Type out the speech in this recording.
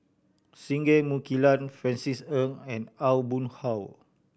Singai Mukilan Francis Ng and Aw Boon Haw